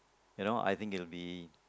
you know I think it will be